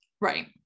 right